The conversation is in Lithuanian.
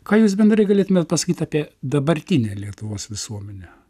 ką jūs bendrai galėtumėt pasakyt apie dabartinę lietuvos visuomenę